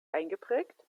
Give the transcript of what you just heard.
eingeprägt